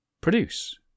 produce